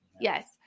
Yes